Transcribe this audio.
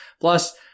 plus